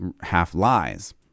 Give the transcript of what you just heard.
half-lies